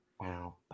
Wow